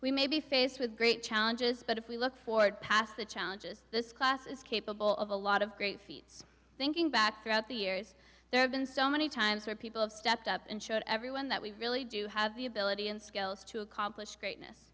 we may be faced with great challenges but if we look forward past the challenges this class is capable of a lot of great feats thinking back throughout the years there have been so many times where people have stepped up and showed everyone that we really do have the ability and skills to accomplish greatness